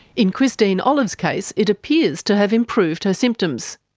in christine olive's case, it appears to have improved her symptoms.